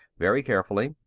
very carefully,